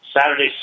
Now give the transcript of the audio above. Saturday